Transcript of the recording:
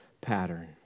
pattern